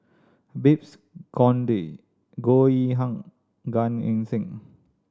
Babes Conde Goh Yihan Gan Eng Seng